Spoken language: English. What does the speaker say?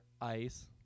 ice